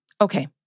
Okay